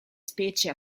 specie